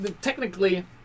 Technically